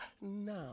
now